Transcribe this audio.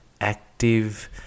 active